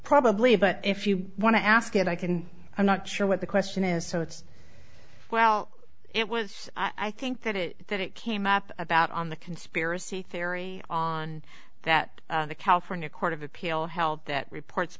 probably but if you want to ask it i can i'm not sure what the question is so it's well it was i think that it that it came up about on the conspiracy theory on that the california court of appeal held that reports